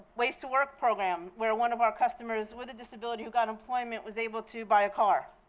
ways to work program where one of our customers with a disability who got employment was able to buy a car.